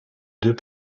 deux